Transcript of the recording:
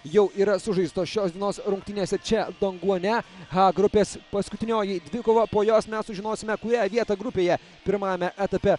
jau yra sužaistos šios dienos rungtynėse čia donguane h grupės paskutinioji dvikova po jos mes sužinosime kurią vietą grupėje pirmajame etape